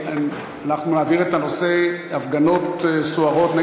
אנחנו נעביר את הנושא: הפגנות סוערות על